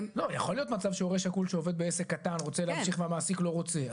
יכול להיות מצב שהורה שכול שעובד בעסק קטן רוצה להמשיך והמעסיק לא רוצה.